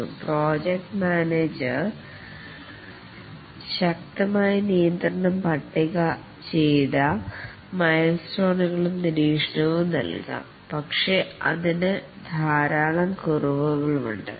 management project മാനേജർക്ക് ശക്തമായ നിയന്ത്രണം പട്ടിക ചെയ്ത മൈൽസ്റ്റോണ്സ്കളും നിരീക്ഷണവും നൽകാം പക്ഷേ അതിന് ധാരാളം കുറവുകൾ ഉണ്ട്